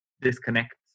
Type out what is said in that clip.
disconnects